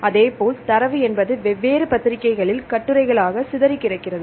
அதேபோல் தரவு என்பது வெவ்வேறு பத்திரிக்கைகளில் கட்டுரைகளாக சிதறிக் கிடக்கிறது